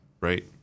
right